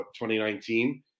2019